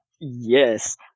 Yes